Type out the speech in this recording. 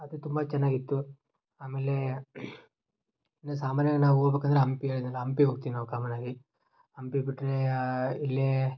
ಅದು ತುಂಬ ಚೆನ್ನಾಗಿತ್ತು ಆಮೇಲೇ ಇನ್ನು ಸಾಮಾನ್ಯವಾಗಿ ನಾವು ಹೋಗ್ಬೇಕಂದ್ರೆ ಹಂಪಿ ಹೇಳಿನಲ್ಲ ಹಂಪಿಗ್ ಹೋಗ್ತಿವಿ ನಾವು ಕಾಮನ್ನಾಗಿ ಹಂಪಿ ಬಿಟ್ಟರೆ ಇಲ್ಲೀ